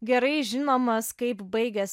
gerai žinomas kaip baigęs